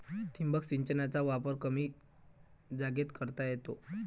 ठिबक सिंचनाचा वापर कमी जागेत करता येतो